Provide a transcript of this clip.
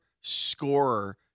scorer